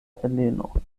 heleno